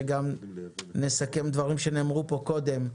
שאז גם נסכם דברים שנאמרו פה קודם.